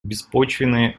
беспочвенные